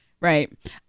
right